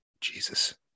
jesus